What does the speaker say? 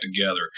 together